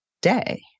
day